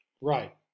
right